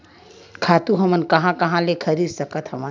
खातु हमन कहां कहा ले खरीद सकत हवन?